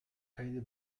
keine